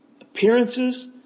Appearances